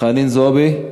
חנין זועבי.